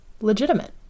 legitimate